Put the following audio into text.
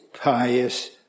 pious